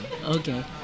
Okay